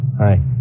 Hi